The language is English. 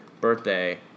birthday